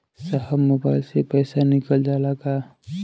साहब मोबाइल से पैसा निकल जाला का?